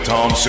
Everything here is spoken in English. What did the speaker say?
Tom